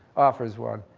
offers one.